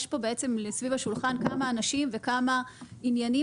יש פה סביב השולחן כמה אנשים וכמה עניינים